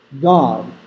God